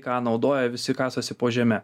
ką naudoja visi kasasi po žeme